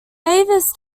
davis